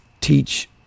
teach